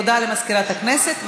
הודעה למזכירת הכנסת,